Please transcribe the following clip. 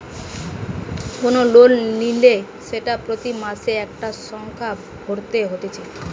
কোন লোন নিলে সেটা প্রতি মাসে একটা সংখ্যা ভরতে হতিছে